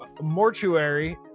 mortuary